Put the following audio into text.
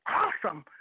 awesome